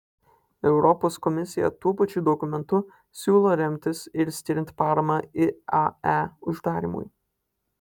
europos komisija tuo pačiu dokumentu siūlo remtis ir skiriant paramą iae uždarymui